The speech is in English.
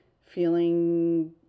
feeling